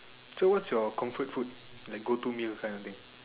so what's your comfort food like go to meal kind of thing